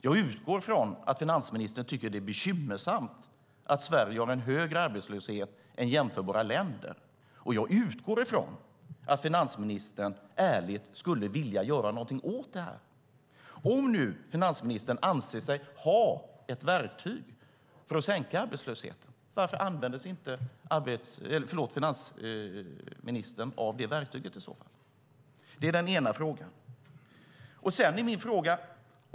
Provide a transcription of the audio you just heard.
Jag utgår från att finansministern tycker att det är bekymmersamt att Sverige har en högre arbetslöshet än jämförbara länder. Och jag utgår från att finansministern ärligt skulle vilja göra någonting åt det. Om nu finansministern anser sig ha ett verktyg för att sänka arbetslösheten, varför använder sig inte finansministern av det verktyget i så fall? Det är den ena frågan.